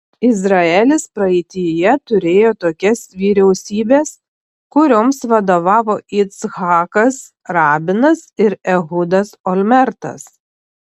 izraelis praeityje turėjo tokias vyriausybes kurioms vadovavo yitzhakas rabinas ir ehudas olmertas